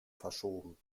verschoben